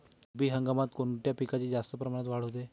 रब्बी हंगामात कोणत्या पिकांची जास्त प्रमाणात वाढ होते?